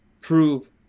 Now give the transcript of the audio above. prove